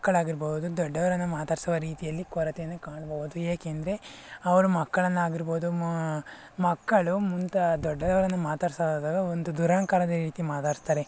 ಮಕ್ಕಳಾಗಿರ್ಬೋದು ದೊಡ್ಡವರನ್ನು ಮಾತಾಡಿಸುವ ರೀತಿಯಲ್ಲಿ ಕೊರತೆಯನ್ನು ಕಾಣ್ಬೋದು ಏಕೆಂದರೆ ಅವರು ಮಕ್ಕಳನ್ನಾಗಿರ್ಬೋದು ಮಕ್ಕಳು ಮುಂತ ದೊಡ್ಡವರನ್ನು ಮಾತಾಡಿಸುವಾಗ ಒಂದು ದುರಹಂಕಾರದ ರೀತಿ ಮಾತಾಡಿಸ್ತಾರೆ